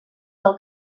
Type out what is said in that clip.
del